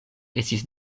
estis